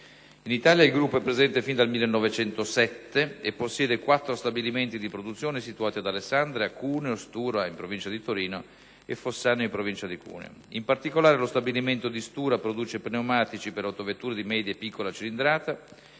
In Italia, il gruppo è presente sin dal 1907 e possiede quattro stabilimenti di produzione situati ad Alessandria, Cuneo, Stura (in provincia di Torino) e Fossano (in provincia di Cuneo). In particolare, lo stabilimento di Stura produce pneumatici per autovetture di media e piccola cilindrata